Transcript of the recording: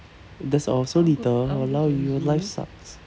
that's all so little !walao! you life sucks